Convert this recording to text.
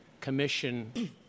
Commission